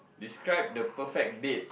describe the perfect date